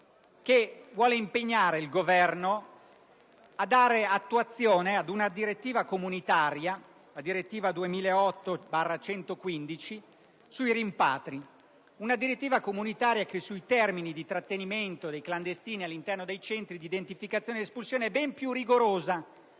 che vuole impegnare il Governo a dare attuazione alla direttiva comunitaria 2008/115/CE sui rimpatri, una direttiva comunitaria che sui termini di trattenimento dei clandestini all'interno dei centri di identificazione e di espulsione è molto più rigorosa